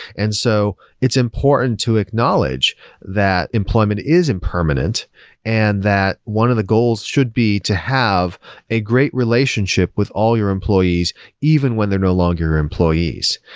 and so it's important to acknowledge that employment is impermanent and that one of the goals should be to have a great relationship with all your employees even when they're no longer your employees.